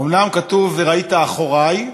אומנם כתוב "וראית אחורי",